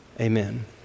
amen